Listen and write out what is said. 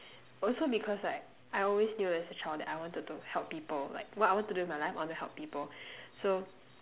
also because like I always knew as a child that I wanted to help people like what I want to do with my life I want to help people so